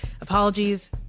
Apologies